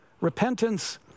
Repentance